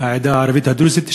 העדה הערבית הדרוזית,